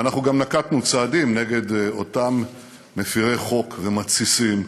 ואנחנו גם נקטנו צעדים נגד אותם מפרי חוק ומתסיסים,